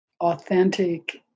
authentic